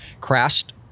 Crashed